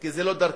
כי זו לא דרכי,